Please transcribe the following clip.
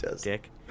Dick